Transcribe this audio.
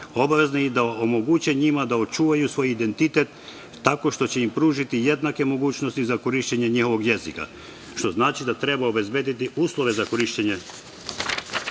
obavezni da omoguće njima da očuvaju svoj identitet tako što će im pružiti jednake mogućnosti za korišćenje njihovog jezika, što znači da treba obezbediti uslove za korišćenje